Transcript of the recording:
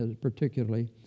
particularly